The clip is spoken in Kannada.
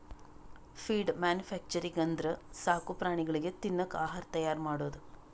ಫೀಡ್ ಮ್ಯಾನುಫ್ಯಾಕ್ಚರಿಂಗ್ ಅಂದ್ರ ಸಾಕು ಪ್ರಾಣಿಗಳಿಗ್ ತಿನ್ನಕ್ ಆಹಾರ್ ತೈಯಾರ್ ಮಾಡದು